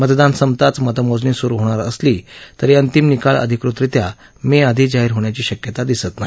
मतदान संपताच मतमोजणी सुरु होणार असली तरी अंतीम निकाल अधिकृतरित्या मेआधी जाहीर होण्याची शक्यता दिसत नाही